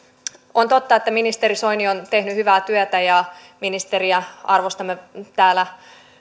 on totta että ministeri soini on tehnyt hyvää työtä ja ministeriä arvostamme täällä